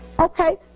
Okay